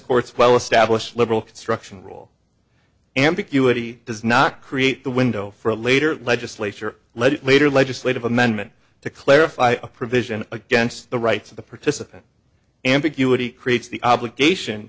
court's well established liberal construction rule ambiguity does not create the window for a later legislature legislator legislative amendment to clarify a provision against the rights of the participant ambiguity creates the obligation